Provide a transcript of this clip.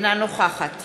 אינה נוכחת